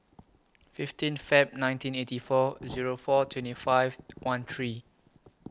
fifteen Feb nineteen eighty four Zero four twenty five one three